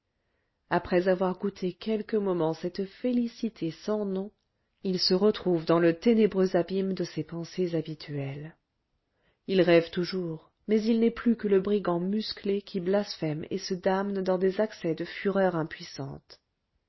après avoir goûté quelques moments cette félicité sans nom il se retrouve dans le ténébreux abîme de ses pensées habituelles il rêve toujours mais il n'est plus que le brigand musclé qui blasphème et se damne dans des accès de fureur impuissante